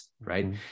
right